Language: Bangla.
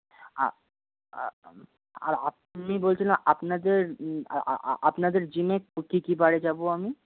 আর আর আপনি বলছিলাম আপনাদের আ আপনাদের জিমে কী কী বারে যাবো আমি